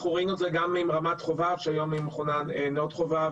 אנחנו ראינו את זה גם עם רמת חובב שהיום היא מכונה נאות חובב,